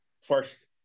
first